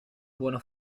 buona